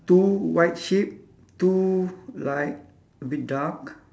two white sheep two like a bit dark